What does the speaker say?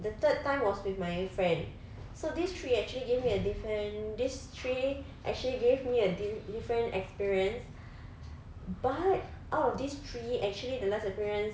the third time was with my friend so these three actually gave me a different these three actually gave me a diff~ different experience but out of these three actually the last experience